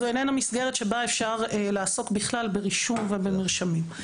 זו איננה מסגרת שבה אפשר לעסוק בכלל ברישום ובמרשמים.